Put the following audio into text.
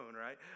right